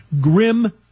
grim